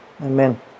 amen